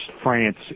France